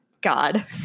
God